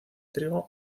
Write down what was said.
trigo